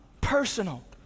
personal